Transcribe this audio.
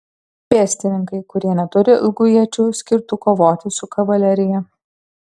pėstininkai kurie neturi ilgų iečių skirtų kovoti su kavalerija